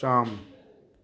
शाम